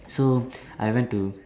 so I went to